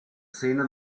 szene